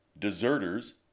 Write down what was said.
deserters